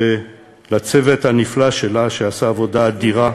ולצוות הנפלא שלה, שעשה עבודה אדירה,